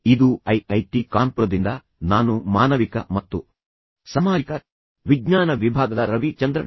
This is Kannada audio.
ಇದು ಐಐಟಿ ಕಾನ್ಪುರದಿಂದ ನಾನು ಮಾನವಿಕ ಮತ್ತು ಸಾಮಾಜಿಕ ವಿಜ್ಞಾನ ವಿಭಾಗದ ರವಿ ಚಂದ್ರನ್